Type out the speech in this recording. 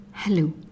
Hello